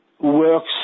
works